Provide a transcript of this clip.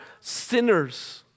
sinners